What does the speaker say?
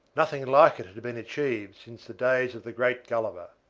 nothing like it had been achieved since the days of the great gulliver.